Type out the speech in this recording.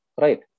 right